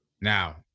Now